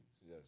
Yes